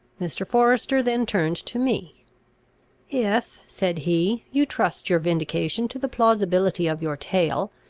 mr. forester then turned to me if, said he, you trust your vindication to the plausibility of your tale,